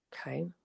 Okay